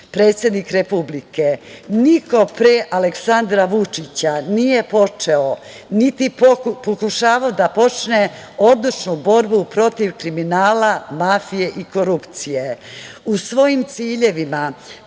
predsednik republike, niko pre Aleksandra Vučića, nije počeo, niti pokušavao da počne odlučnu borbu protiv kriminala, mafije i korupcije.U